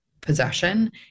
possession